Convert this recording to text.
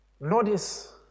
Notice